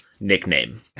nickname